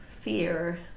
fear